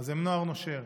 אז הם נוער נושר